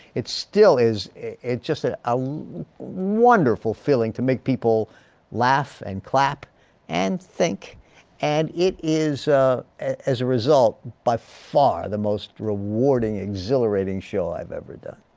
it still is just ah a wonderful feeling to make people laugh and clap and think and it is as a result by far the most rewarding exhilarating show i've ever done.